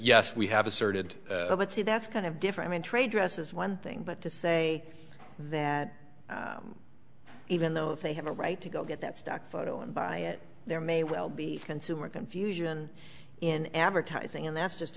yes we have asserted let's see that's kind of different trade dress is one thing but to say that even though they have a right to go get that stock photo and buy it there may well be consumer confusion in advertising and that's just